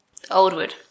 Oldwood